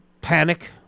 Panic